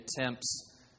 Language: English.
attempts